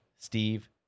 Steve